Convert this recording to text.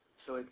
so,